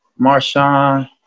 Marshawn